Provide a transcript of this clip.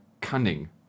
cunning